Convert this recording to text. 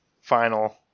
final